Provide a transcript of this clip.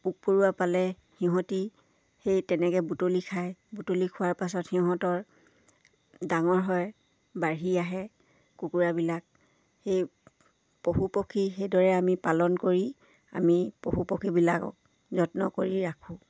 পোক পৰুৱা পালে সিহঁতি সেই তেনেকৈ বোটলি খায় বোটলি খোৱাৰ পাছত সিহঁতৰ ডাঙৰ হয় বাঢ়ি আহে কুকুৰাবিলাক সেই পশু পক্ষী সেইদৰে আমি পালন কৰি আমি পশু পক্ষীবিলাকক যত্ন কৰি ৰাখোঁ